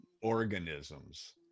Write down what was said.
organisms